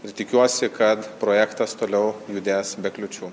ir tikiuosi kad projektas toliau judės be kliūčių